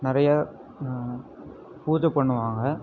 நிறைய பூஜை பண்ணுவாங்க